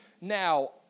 Now